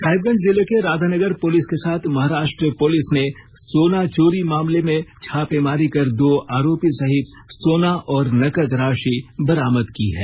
साहेबगंज जिले के राधानगर पुलिस के साथ महाराष्ट्र पुलिस ने सोना चोरी मामले में छापेमारी कर दो आरोपी सहित सोना और नकद राशि बरामद की है